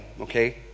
okay